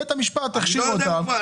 בית המשפט הכשיר אותן.